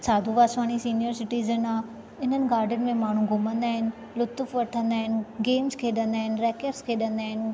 साधू Vaswani senior citizen आहे इन्हनि garden में माण्हू घुमंदा आहिनि लुतुफ़ वठंदा आहिनि गेम्स खेॾंदा आहिनि रैकेट्स खेॾंदा आहिनि